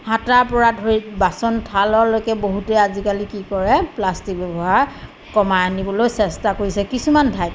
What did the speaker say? হাতাৰ পৰা ধৰি বাচন থাললৈকে বহুতে আজিকালি কি কৰে প্লাষ্টিক ব্যৱহাৰ কমাই আনিবলৈ চেষ্টা কৰিছে কিছুমান ঠাইত